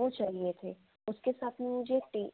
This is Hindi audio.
वह चाहिए थे उसके साथ में मुझे टी